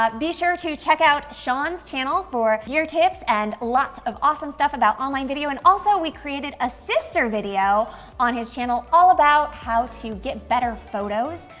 be sure to check out sean's channel for gear tips and lots of awesome stuff about online video. and also, we created a sister video on his channel all about how to get better photos,